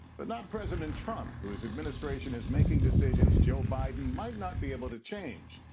but not president trump whod administration is making decisions joe biden may not be able to change.